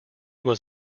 was